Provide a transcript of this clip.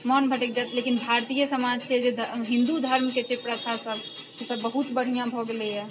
मोन भटकि जाएत लेकिन भारतीय समाज छै जे एकदम हिन्दू धर्मके छै प्रथासब ओसब बहुत बढ़िआँ भऽ गेलैए